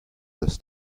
this